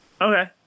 Okay